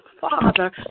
father